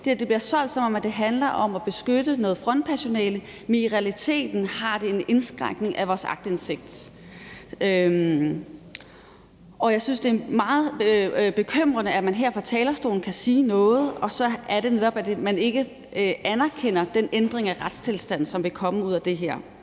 Det bliver solgt, som om det handler om at beskytte noget frontpersonale, men i realiteten indebærer det en indskrænkning af vores aktindsigt. Jeg synes, det er meget bekymrende, at man her fra talerstolen kan sige noget, og så anerkender man netop ikke den ændring af retstilstanden, som vil komme ud af det her.